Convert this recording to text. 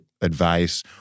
advice